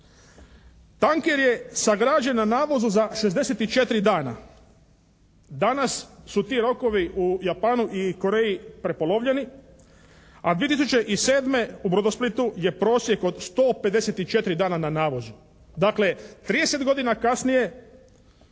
Tanker je sagrađen na navozu za 64 dana. Danas su ti rokovi u Japanu i Koreji prepolovljeni, a 2007. u "Brodosplitu" je prosjek od 154 dana na navozu. Dakle, 30 godina kasnije